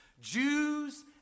Jews